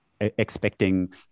expecting